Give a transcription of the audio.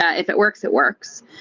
ah if it works, it works.